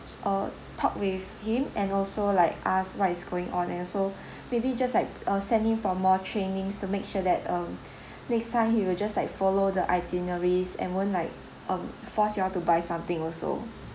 uh talk with him and also like ask what is going on and also maybe just like uh send him for more trainings to make sure that um next time he will just like follow the itineraries and won't like um force you all to buy something also